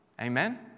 Amen